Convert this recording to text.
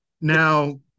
now